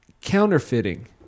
counterfeiting